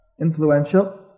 influential